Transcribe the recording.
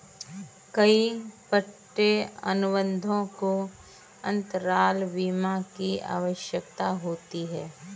कई पट्टे अनुबंधों को अंतराल बीमा की आवश्यकता होती है